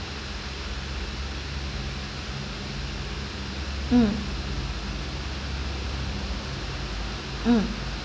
mm mm